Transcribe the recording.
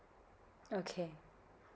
okay